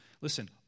Listen